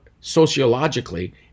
sociologically